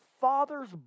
father's